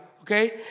okay